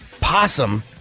Possum